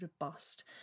robust